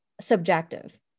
subjective